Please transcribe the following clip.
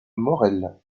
maurel